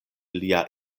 lia